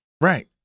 Right